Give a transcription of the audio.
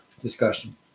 discussion